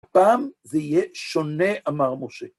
הפעם זה יהיה שונה, אמר משה.